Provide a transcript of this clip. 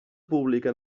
pública